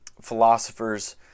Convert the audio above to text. philosophers